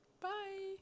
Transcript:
Bye